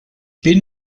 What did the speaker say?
bin